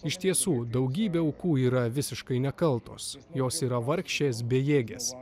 iš tiesų daugybė aukų yra visiškai nekaltos jos yra vargšės bejėgės